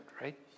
right